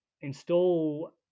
install